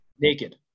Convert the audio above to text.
Naked